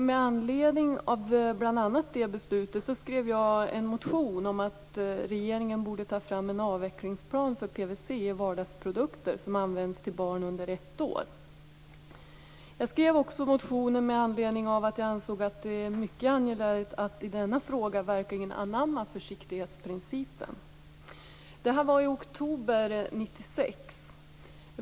Med anledning av bl.a. beslutet i riksdagen i samband med det skrev jag en motion om att regeringen borde ta fram en avvecklingsplan för PVC Jag skrev motionen också därför att jag ansåg det angeläget att i denna fråga verkligen anamma försiktighetsprincipen. Detta var i oktober 1996.